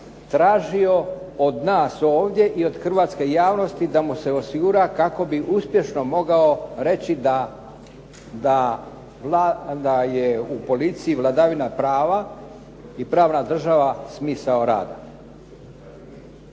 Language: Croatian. tražio od nas ovdje i od hrvatske javnosti da mu se osigura kako bi uspješno mogao reći da je u policiji vladavina prava i pravna država smisao rada.